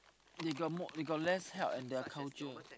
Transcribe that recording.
they got more we got less hell in their culture